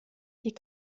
die